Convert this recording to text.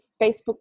Facebook